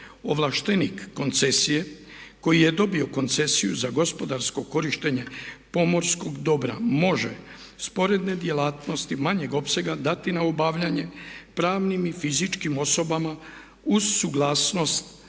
Ovlaštenik koncesije koji je dobio koncesiju za gospodarsko korištenje pomorskog dobra može sporedne djelatnosti manjeg opsega dati na obavljanje pravnim i fizičkim osobama uz suglasnost